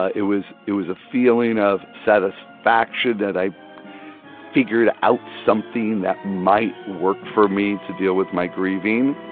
it was it was a feeling of satisfaction that i figured out something that might work for me to deal with my grieving